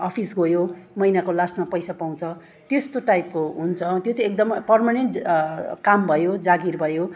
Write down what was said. office गयो महिनाको लास्टमा पैसा पाउँछ त्यस्तो टाइपको हुन्छ त्यो चाहिँ एकदमै पर्मानेन्ट काम भयो जागिर भयो